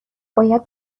باید